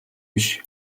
биш